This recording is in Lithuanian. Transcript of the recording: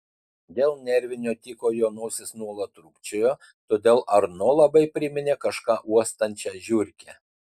dėl nervinio tiko jo nosis nuolat trūkčiojo todėl arno labai priminė kažką uostančią žiurkę